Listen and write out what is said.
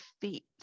feet